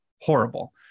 horrible